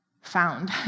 found